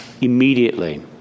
immediately